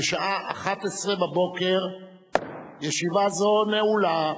בשעה 11:00. ישיבה זו נעולה.